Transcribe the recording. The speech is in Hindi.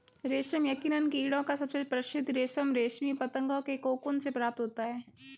रेशम यकीनन कीड़ों का सबसे प्रसिद्ध रेशम रेशमी पतंगों के कोकून से प्राप्त होता है